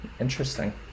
interesting